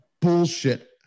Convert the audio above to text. bullshit